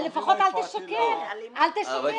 למרות שגם יצא דבר אחד טוב מזה: פעם ראשונה שאני שומע